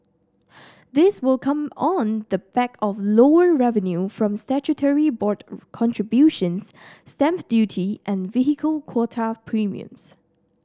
this will come on the back of lower revenue from statutory board contributions stamp duty and vehicle quota premiums